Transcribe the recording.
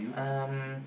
um